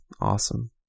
Awesome